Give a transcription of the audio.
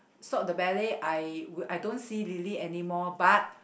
stop the ballet I I don't see Lily anymore but